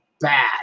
bad